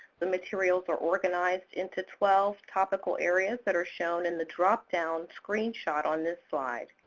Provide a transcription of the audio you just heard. the materials are organized into twelve topical areas that are shown in the drop-down screenshot on this slide.